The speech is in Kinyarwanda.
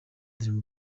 dream